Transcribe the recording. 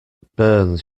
burns